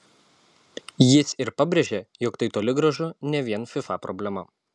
jis ir pabrėžė jog tai toli gražu ne vien fifa problema